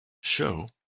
show